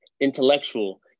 intellectual